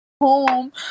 home